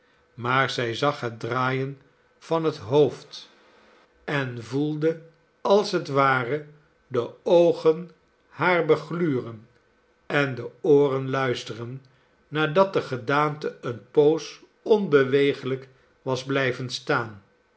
maar zij zag het draaien van het hoofd en voelde als het ware de oogen haar begluren en de ooren luisteren nadat de gedaante eene poos onbewegelijk was blijven staan